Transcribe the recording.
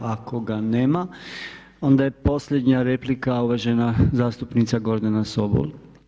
Ako ga nema, onda je posljednja replika uvažena zastupnica Gordana Sobol.